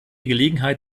gelegenheit